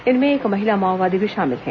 इनमें एक महिला माओवादी भी शामिल है